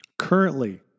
Currently